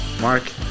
Mark